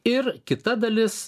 ir kita dalis